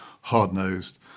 hard-nosed